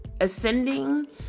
ascending